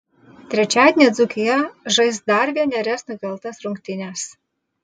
trečiadienį dzūkija žais dar vienerias nukeltas rungtynes